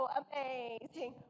amazing